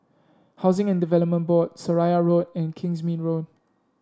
Housing and Development Board Seraya Road and Kingsmead Road